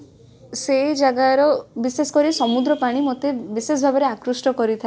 ମୁଁ ପଢ଼ିଥିଲି ରାମାୟଣ ରାମଙ୍କ ଚରିତକୁ